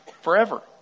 Forever